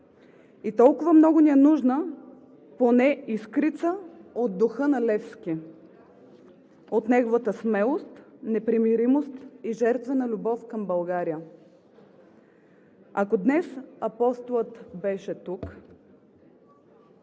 И толкова много ни е нужна поне искрица от духа на Левски, от неговата смелост, непримиримост и жертва на любов към България. Ако днес Апостола беше тук